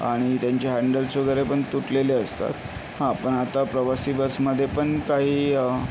आणि त्यांचे हँडल्स वगैरे पण तुटलेले असतात हा पण आता प्रवासी बसमध्येपण काही